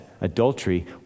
adultery